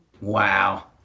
Wow